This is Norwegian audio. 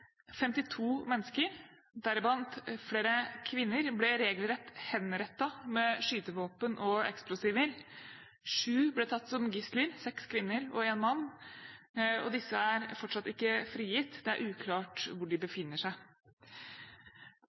52 mennesker, deriblant flere kvinner, ble regelrett henrettet med skytevåpen og eksplosiver. Sju ble tatt som gisler, seks kvinner og én mann, og disse er fortsatt ikke frigitt. Det er uklart hvor de befinner seg.